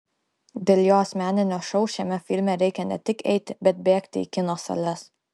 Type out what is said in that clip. dėl jo asmeninio šou šiame filme reikia ne tik eiti bet bėgti į kino sales